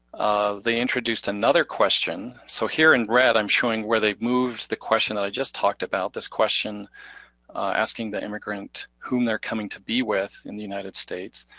they introduced another question, so here in red i'm showing where they've moved the question that i've just talked about, this question asking the immigrant whom they're coming to be with in the united states,